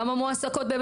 כמה מועסקות.